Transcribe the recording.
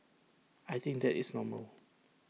I think that is normal